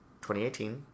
2018